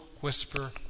whisper